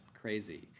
crazy